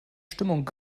stimmung